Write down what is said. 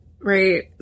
right